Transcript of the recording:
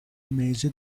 mese